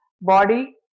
body